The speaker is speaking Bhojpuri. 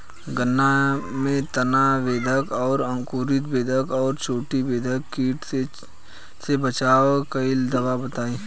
गन्ना में तना बेधक और अंकुर बेधक और चोटी बेधक कीट से बचाव कालिए दवा बताई?